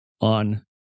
on